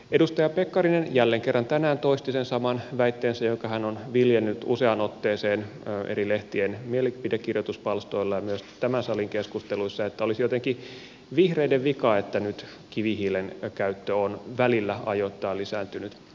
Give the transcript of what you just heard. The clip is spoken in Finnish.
edustaja pekkarinen jälleen kerran tänään toisti sen saman väitteensä jonka hän on viljellyt useaan otteeseen eri lehtien mielipidekirjoituspalstoilla ja myös tämän salin keskusteluissa että olisi jotenkin vihreiden vika että nyt kivihiilen käyttö on välillä ajoittain lisääntynyt